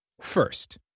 First